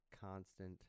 constant